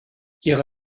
ihre